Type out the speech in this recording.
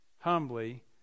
humbly